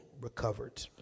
recovered